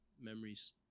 memories